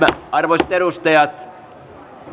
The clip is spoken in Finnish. arvoisat edustajat